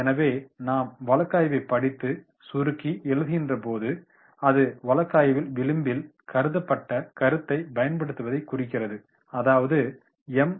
எனவே நாம் வழக்காய்வைப் படித்து சுருக்கி எழுதுகின்ற போது அது வழக்காய்வின் விளிம்பில் சுருக்கபட்ட கருத்தை பயன்படுத்துவதைக் குறிக்கிறது அதாவது எம்